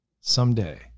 someday